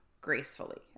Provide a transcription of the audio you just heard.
gracefully